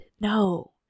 No